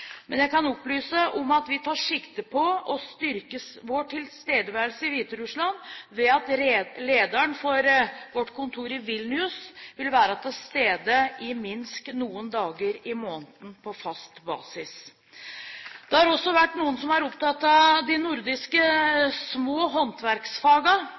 men jeg kan opplyse om at vi tar sikte på å styrke vår tilstedeværelse i Hviterussland ved at lederen for vårt kontor i Vilnius vil være til stede i Minsk noen dager i måneden på fast basis. Det har også vært noen som har vært opptatt av de nordiske